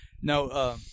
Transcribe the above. No